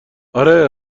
آره